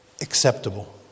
acceptable